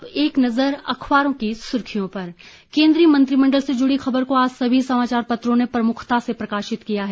अब एक नजर अखबारों की सुर्खियों पर केन्द्रीय मंत्रिमंडल से जुडी खबर को आज सभी समाचार पत्रों ने प्रमुखता से प्रकाशित किया है